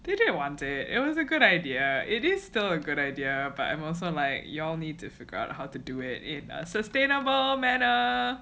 they did want it it was a good idea it is still a good idea but I'm also like you all need to figure out how to do it in a sustainable manner